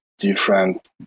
different